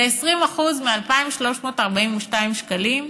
זה 20% מ-2,342 שקלים.